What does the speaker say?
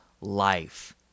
life